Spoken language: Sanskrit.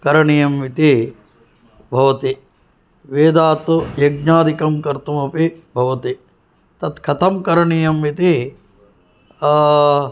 करणीयम् इति भवति वेदात् यज्ञादिकं कर्तुमपि भवति तत् कथं करणीयम् इति